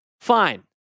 Fine